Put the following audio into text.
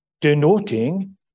denoting